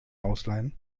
ausleihen